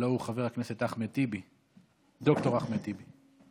הלוא הוא חבר הכנסת אחמד טיבי, ד"ר אחמד טיבי.